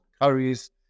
curries